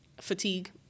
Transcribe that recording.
fatigue